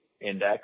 index